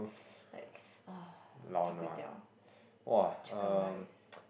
like ah char-kway-teow ah chicken rice